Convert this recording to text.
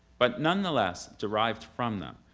but nonetheless derived from them,